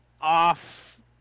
off